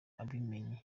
abimenye